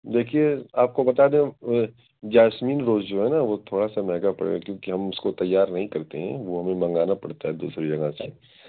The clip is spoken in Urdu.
دیکھیے آپ کو بتا دیں جاسمین روز جو ہے نا وہ تھوڑا سا مہنگا پڑے گا کیونکہ ہم اس کو تیار نہیں کرتے ہیں وہ ہمیں منگانا پڑتا ہے دوسری جگہ سے